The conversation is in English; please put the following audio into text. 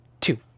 two